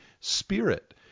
spirit